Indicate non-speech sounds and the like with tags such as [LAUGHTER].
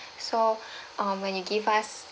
so [BREATH] uh when you give us